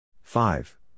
five